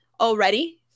already